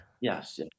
yes